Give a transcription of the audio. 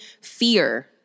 fear